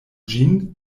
ĝin